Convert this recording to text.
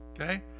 okay